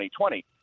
2020